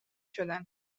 شدن